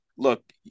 Look